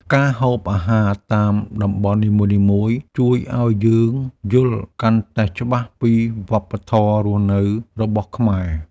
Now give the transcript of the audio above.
ការហូបអាហារតាមតំបន់នីមួយៗ ជួយឱ្យយើងយល់កាន់តែច្បាស់ពីវប្បធម៌រស់នៅរបស់ខ្មែរ។